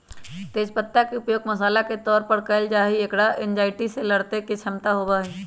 तेज पत्ता के उपयोग मसाला के तौर पर कइल जाहई, एकरा एंजायटी से लडड़े के क्षमता होबा हई